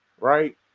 right